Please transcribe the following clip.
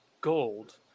gold